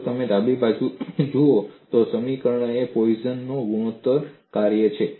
જો તમે ડાબી બાજુ જુઓ છો તો સમીકરણ એ પોઇસનPoisson'sના ગુણોત્તરનું કાર્ય છે